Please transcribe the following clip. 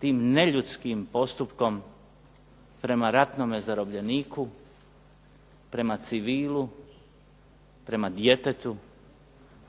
tim neljudskim postupkom prema ratnome zarobljeniku, prema civilu, prema djetetu,